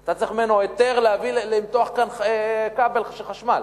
אתה צריך ממנו היתר למתוח כאן כבל חשמל.